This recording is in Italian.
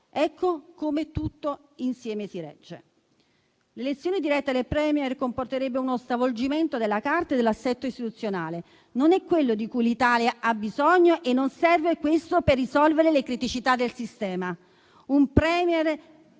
Ecco come tutto si regge insieme. L'elezione diretta del *Premier* comporterebbe uno stravolgimento della Carta e dell'assetto istituzionale. Non è quello di cui l'Italia ha bisogno e non serve questo per risolvere le criticità del sistema. Un *Premier*